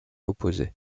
opposait